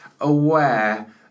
aware